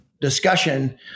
discussion